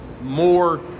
more